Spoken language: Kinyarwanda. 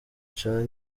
canke